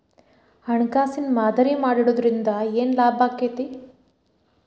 ಹಣ್ಕಾಸಿನ್ ಮಾದರಿ ಮಾಡಿಡೊದ್ರಿಂದಾ ಏನ್ ಲಾಭಾಕ್ಕೇತಿ?